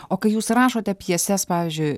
o kai jūs rašote pjeses pavyzdžiui